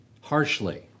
harshly